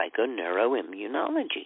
psychoneuroimmunology